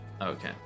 Okay